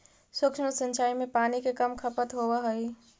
सूक्ष्म सिंचाई में पानी के कम खपत होवऽ हइ